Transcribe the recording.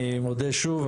אני מודה שוב,